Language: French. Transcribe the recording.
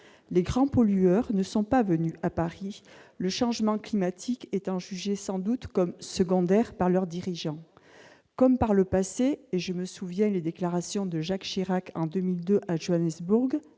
Les grands pollueurs ne sont pas venus à Paris, le changement climatique étant sans doute jugé comme secondaire par leurs dirigeants ... Comme par le passé- je me souviens des déclarations de Jacques Chirac en 2002 à Johannesburg